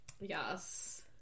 Yes